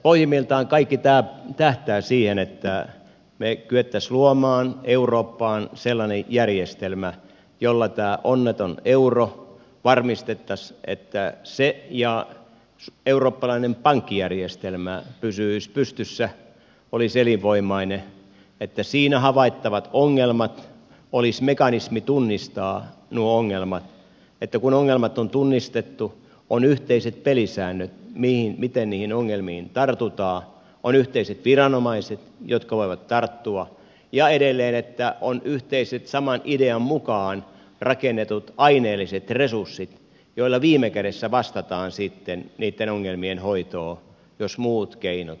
pohjimmiltaan kaikki tämä tähtää siihen että me kykenisimme luomaan eurooppaan sellaisen järjestelmän jolla varmistettaisiin että tämä onneton euro varmisti että se peittää si ja eurooppalainen pankkijärjestelmä pysyisivät pystyssä olisi elinvoimainen että olisi mekanismi tunnistaa siinä havaittavat ongelmat että kun ongelmat on tunnistettu on yhteiset pelisäännöt miten niihin ongelmiin tartutaan että on yhteiset viranomaiset jotka voivat tarttua ja edelleen että on yhteiset saman idean mukaan rakennetut aineelliset resurssit joilla viime kädessä vastataan sitten niitten ongelmien hoitoon jos muut keinot eivät tepsi